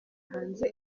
hanze